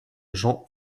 jean